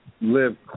live